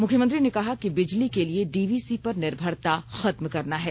मुख्यमंत्री ने कहा कि बिजली के लिए डीवीसी पर निर्भरता खत्म करना है